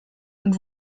und